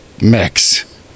Mix